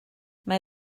mae